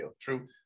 True